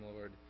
Lord